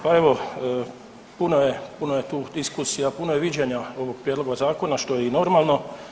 Pa evo, puno je, puno je tu diskusija, puno je viđenja ovoga prijedloga Zakona, što je i normalno.